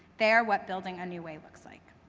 they are what building a new way looks like.